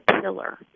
pillar